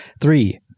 Three